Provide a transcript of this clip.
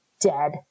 dead